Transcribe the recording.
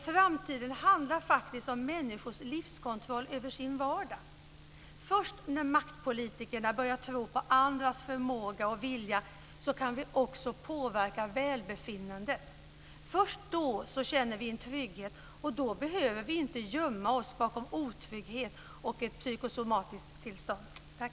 Framtiden handlar faktiskt om människors livskontroll i deras vardag. Först när maktpolitikerna börjar tro på andras förmåga och vilja kan vi också påverka välbefinnandet. Först då känner vi en trygghet och då behöver vi inte gömma oss bakom otrygghet och ett psykosomatiskt tillstånd. Tack!